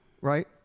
right